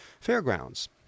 Fairgrounds